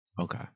Okay